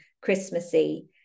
Christmassy